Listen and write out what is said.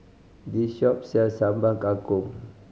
this shop sells Sambal Kangkong